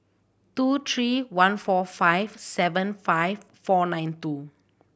two three one four five seven five four nine two